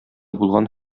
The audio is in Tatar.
булган